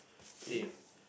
same